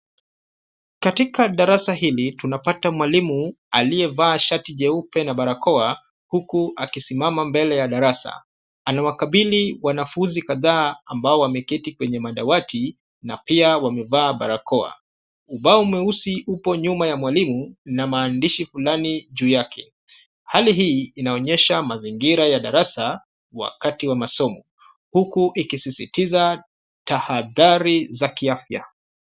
Katika darasa hili tunapata mwalimu aliyevaa shati jeupe na barakoa, huku akisimama mbele ya darasa. Anawakabili wanafunzi kadhaa ambao wameketi kwenye madawati na pia wamevaa barakoa. Ubao mweusi upo nyuma ya mwalimu, na maandishi fulani juu yake. Hali hii inaonyesha mazingira ya darasa, wakati wa masomo, huku ikisisitiza tahadhari za kiafya.